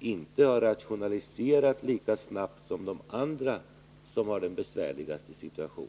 inte har rationaliserat lika snabbt som andra, som har den besvärligaste situationen.